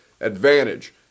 Advantage